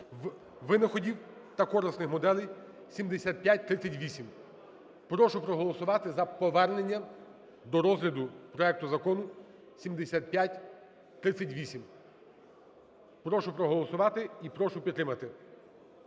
винаходів та корисних моделей (7538). Прошу проголосувати за повернення до розгляду проекту Закону 7538. Прошу проголовувати і прошу підтримати.